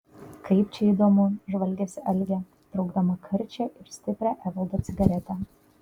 kaip čia įdomu žvalgėsi algė traukdama karčią ir stiprią evaldo cigaretę